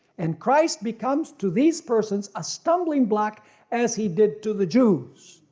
and christ becomes to these persons a stumbling block as he did to the jews,